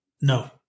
no